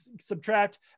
subtract